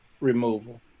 removal